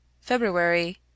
February